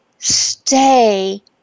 stay